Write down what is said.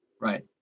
Right